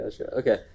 Okay